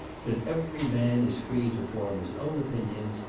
that every man is free to form his own opinions,